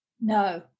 No